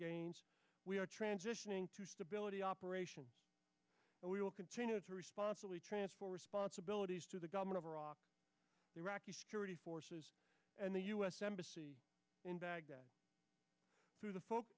gains we are transitioning to stability operations and we will continue to responsibly transfer responsibilities to the government of iraq the iraqi security forces and the u s embassy in baghdad through the f